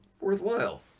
worthwhile